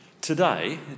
Today